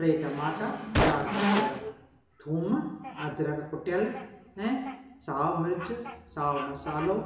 टे टमाटा चारि बसरु थूम अद्रक कुटियल ऐं साओ मिर्चु साओ मसालो